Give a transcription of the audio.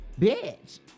Bitch